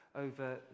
over